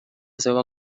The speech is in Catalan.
seua